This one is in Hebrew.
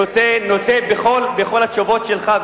נוטה בכל התשובות שלך,